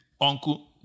uncle